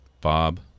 Bob